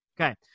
Okay